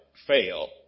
Fail